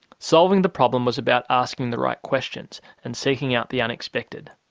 solving the problem was about asking the right questions and seeking out the unexpected.